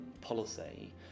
policy